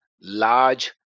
large